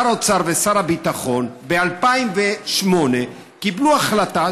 שר האוצר ושר הביטחון קיבלו ב-2008 החלטה